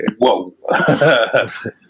Whoa